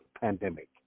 pandemic